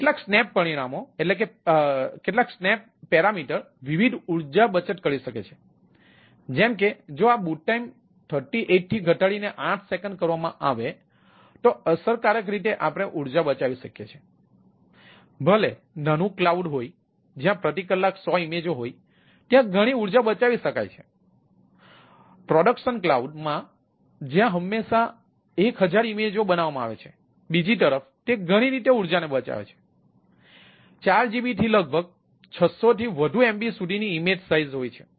તેથી કેટલાક સ્નેપ પરિમાણો હોય જ્યાં પ્રતિ કલાક 100 ઇમેજઓ હોય ત્યાં ઘણી ઊર્જા બચાવી શકાય છે